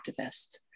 activist